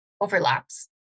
overlaps